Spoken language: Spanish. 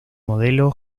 modelo